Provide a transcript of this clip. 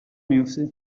میافته